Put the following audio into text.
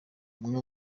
umwe